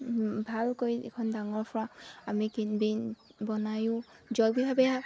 ভালকৈ এখন ডাঙৰ ফৰা আমি কিন বনায়ো জৈৱিকভাৱে